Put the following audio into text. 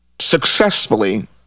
successfully